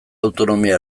autonomia